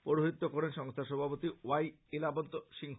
পৌরহিত্য করেনসংস্থার সভাপতি ওয়াই ইলাবন্ত সিংহ